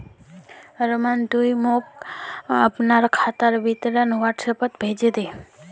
रमन ती मोक अपनार खातार विवरण व्हाट्सएपोत भेजे दे